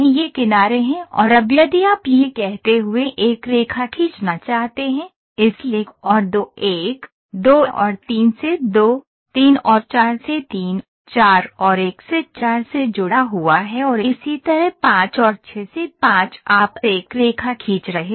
ये किनारे हैं और अब यदि आप यह कहते हुए एक रेखा खींचना चाहते हैं इसलिए 1 और 2 1 2 और 3 से 2 3 और 4 से 3 4 और 1 से 4 से जुड़ा हुआ है और इसी तरह 5 और 6 से 5 आप एक रेखा खींच रहे हैं